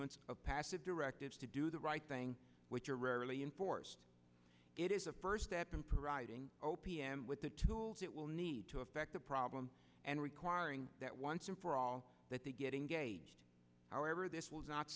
of passive directives to do the right thing which are rarely enforced it is a first step in for riding o p m with the tools it will need to affect the problem and requiring that once and for all that they get engaged however this was not